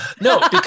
No